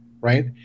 Right